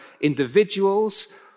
individuals